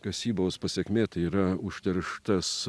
kasybos pasekmė tai yra užterštas